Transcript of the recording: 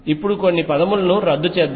ఇప్పుడు కొన్ని పదములను రద్దు చేద్దాం